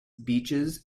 beaches